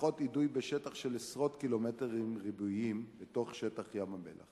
בריכות אידוי בשטח של עשרות קילומטרים רבועים בתוך שטח ים-המלח